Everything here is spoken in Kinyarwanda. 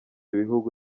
bihugu